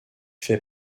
fait